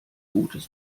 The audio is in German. gutes